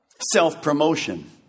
Self-promotion